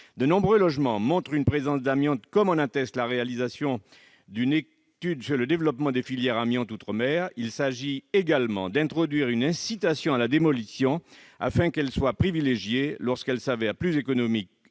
de nombreux logements révèlent la présence d'amiante, comme en atteste la réalisation d'une étude sur le développement de filières amiante outre-mer. Le présent amendement vise donc également à introduire une incitation à la démolition, afin qu'elle soit privilégiée lorsqu'elle s'avère plus économique